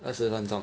二十分钟